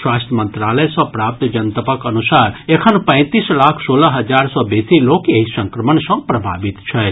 स्वास्थ्य मंत्रालय सँ प्राप्त जनतबक अनुसार एखन पैंतीस लाख सोलह हजार सँ बेसी लोक एहि संक्रमण सँ प्रभावित छथि